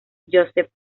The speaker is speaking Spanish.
joseph